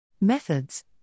Methods